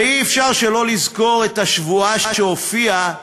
ואי-אפשר שלא לזכור את השבועה שהופיעה